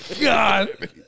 God